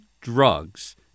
drugs